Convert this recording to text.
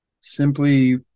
simply